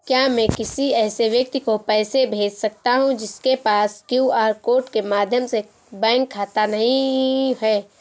क्या मैं किसी ऐसे व्यक्ति को पैसे भेज सकता हूँ जिसके पास क्यू.आर कोड के माध्यम से बैंक खाता नहीं है?